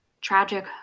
tragic